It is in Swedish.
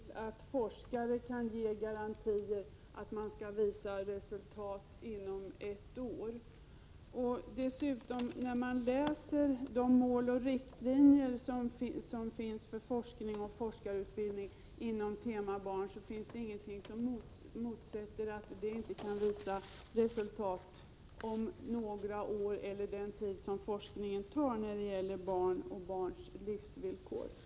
Fru talman! Jag ställer mig tvekande till påståendet att forskare kan ge garantier för att man skall kunna uppnå resultat inom ett år. I mål och riktlinjer för forskning och forskarutbildning inom ”tema Barn” finns det ingenting som motsäger att verksamheten kan ge resultat inom några år eller inom den tid som forskning när det gäller barn och barns livsvillkor kan ta.